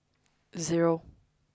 zero